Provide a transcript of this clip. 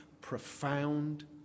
profound